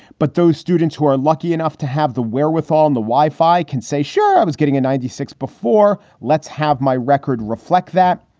but those students who are lucky enough to have the wherewithal and the wi-fi can say, sure, i was getting a ninety six before, let's have my record reflect that?